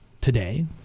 today